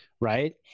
right